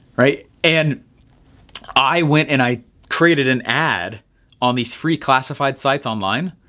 right, and i went and i created an ad on these free classified sites online.